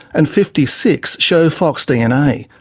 and fifty six show fox dna.